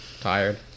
Tired